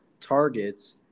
targets